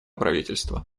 правительства